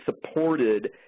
supported